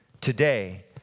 today